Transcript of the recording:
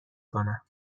کنم